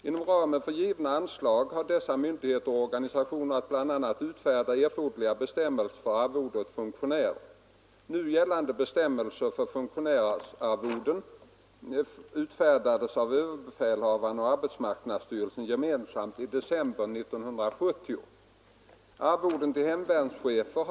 Inom ramen för givna anslag har dessa myndigheter och organisationer att bl.a. utfärda erforderliga bestämmelser för arvode åt funktionärer.